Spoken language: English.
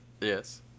Yes